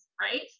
right